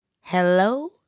Hello